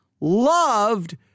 loved